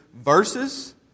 verses